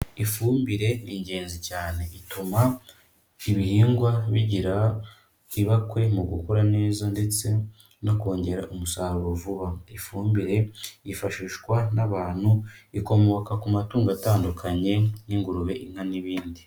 Ifumbire ni ingenzi cyane, ituma ibihingwa bigira ibakwe mu gukura neza ndetse no kongera umusaruro vuba, ifumbire yifashishwa n'abantu, ikomoka ku matungo atandukanye nk'ingurube, inka n'ibindi.